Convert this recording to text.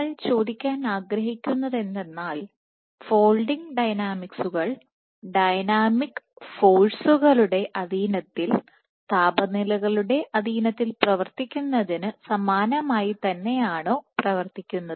നമ്മൾ ചോദിക്കാൻ ആഗ്രഹിക്കുന്നത് എന്തെന്നാൽ ഫോൾഡിങ് ഡൈനാമിക്സ്സുകൾ ഡൈനാമിക്സ് ഫോഴ്സുകളുടെ അധീനത്തിൽ താപനിലകളുടെ അധീനത്തിൽ പ്രവർത്തിക്കുന്നതിന് സമാനമായാണ് തന്നെയാണോ പ്രവർത്തിക്കുന്നത്